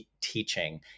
teaching